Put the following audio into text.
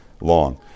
long